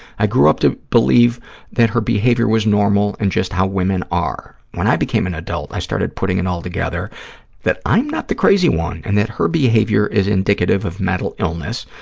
i grew up to believe that her behavior was normal and just how women are. when i became an adult, i started putting it all together that i'm not the crazy one and that her behavior is indicative of mental illness,